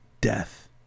death